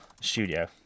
studio